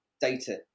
data